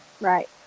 Right